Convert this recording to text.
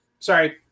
Sorry